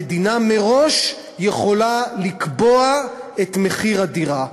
המדינה מראש יכולה לקבוע את מחיר הדירה.